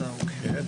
הישיבה ננעלה בשעה